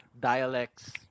dialects